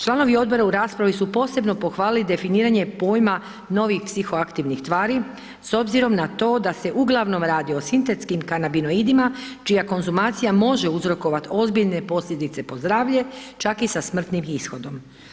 Članovi Odbora u raspravi su posebno pohvalili definiranje pojma novih psihoaktivnih tvari s obzirom na to da se uglavnom radi o sintetskim kanabionidima čija konzumacija može uzrokovati ozbiljne posljedice po zdravlje, čak i sa smrtnim ishodom.